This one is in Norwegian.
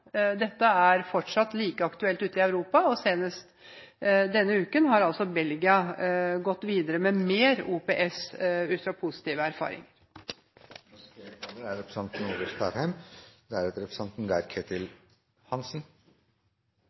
Dette er fortsatt like aktuelt ute i Europa; senest denne uken har altså Belgia gått videre med mer OPS ut fra positiv erfaring. Eg må innrømme at etter å ha høyrt representanten